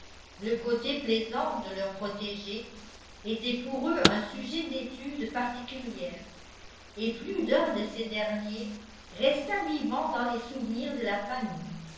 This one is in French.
le côté plaisant de leurs protégés était pour eux un sujet d'études particulières et plus d'un de ces derniers resta vivant dans les souvenirs de la famille